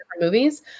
movies